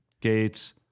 Gates